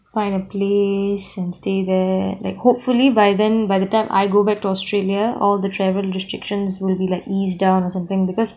find a place and stay there like hopefully by then by the time I go back to australia all the travel restrictions will be like eased down or something because